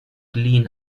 glen